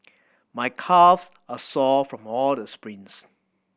my calves are sore from all the sprints